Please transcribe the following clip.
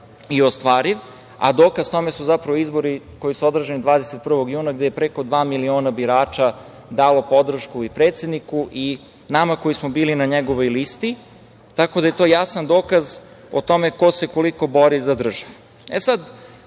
i ostvariv. Dokaz tome su zapravo izbori koji su održani 21. juna, gde je preko dva miliona birača dalo podršku i predsedniku i nama koji smo bili na njegovoj listi, tako da je to jasan dokaz o tome ko se koliko bori za